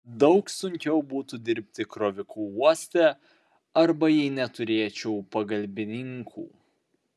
daug sunkiau būtų dirbti kroviku uoste arba jei neturėčiau pagalbininkų